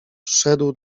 szedł